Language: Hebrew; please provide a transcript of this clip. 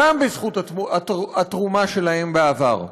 גם בזכות התרומה שלהם בעבר,